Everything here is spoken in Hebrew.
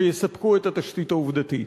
שיספקו את התשתית העובדתית.